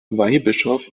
weihbischof